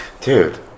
Dude